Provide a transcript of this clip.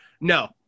No